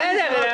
בסדר, נו.